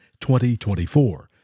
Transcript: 2024